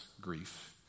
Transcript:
grief